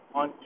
on